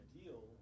ideal